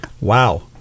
Wow